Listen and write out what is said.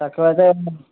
తక్కువ అయితే